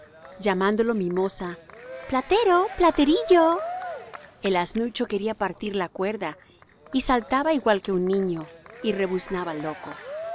llamándolo mimosa platero platerillo el asnucho quería partir la cuerda y saltaba igual que un niño y rebuznaba loco